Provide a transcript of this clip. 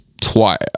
twice